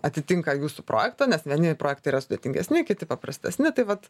atitinka jūsų projektą nes vieni projektai yra sudėtingesni kiti paprastesni tai vat